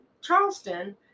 charleston